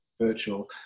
virtual